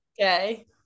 okay